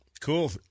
Cool